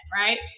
right